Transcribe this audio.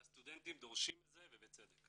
והסטודנטים דורשים את זה, ובצדק.